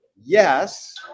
Yes